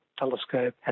Telescope